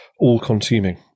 all-consuming